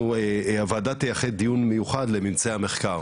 הוועדה תייחד דיון מיוחד לממצאי המחקר.